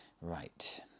Right